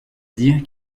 dire